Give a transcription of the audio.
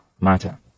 matter